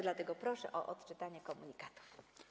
Dlatego proszę o odczytanie komunikatów.